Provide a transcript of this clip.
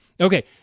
okay